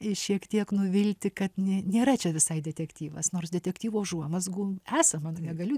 šiek tiek nuvilti kad ne nėra čia visai detektyvas nors detektyvo užuomazgų esama negaliu